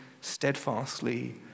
steadfastly